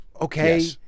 okay